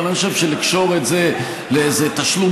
אבל אני חושב שלקשור את זה לאיזה תשלום